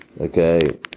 Okay